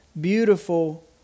beautiful